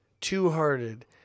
Two-Hearted